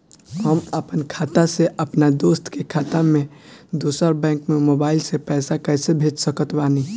हम आपन खाता से अपना दोस्त के खाता मे दोसर बैंक मे मोबाइल से पैसा कैसे भेज सकत बानी?